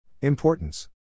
Importance